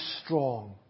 strong